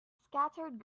scattered